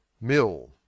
Mill